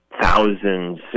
thousands